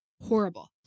horrible